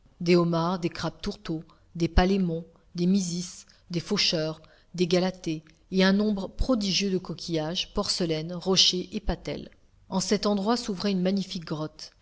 des homards des crabes tourteaux des palémons des mysis des faucheurs des galatées et un nombre prodigieux de coquillages porcelaines rochers et patelles en cet endroit s'ouvrait une magnifique grotte